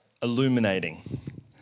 Illuminating